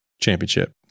Championship